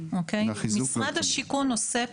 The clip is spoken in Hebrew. משרד השיכון עוסק